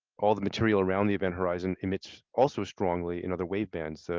all the material around the event horizon emits also strongly in other wave bands.